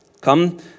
Come